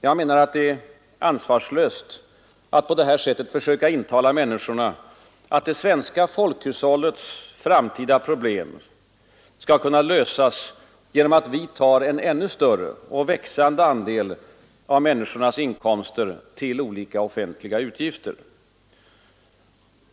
Jag menar att det är ansvarslöst att på detta sätt försöka intala människorna att det svenska folkhushållets framtida problem skall kunna lösas genom att vi tar ut en ännu större och växande andel av människornas inkomster till olika offentliga utgifter.